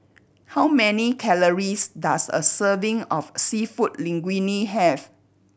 how many calories does a serving of Seafood Linguine have